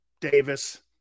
Davis